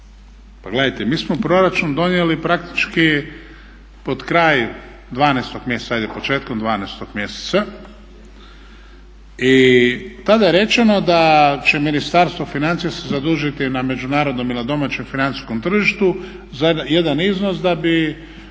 mi smo proračun donijeli praktički pod kraj 12. mjeseca, ajde početkom 12. mjeseca i tada je rečeno da će Ministarstvo financija se zadužiti na međunarodnom i na domaćem financijskom tržištu za jedan iznos da bi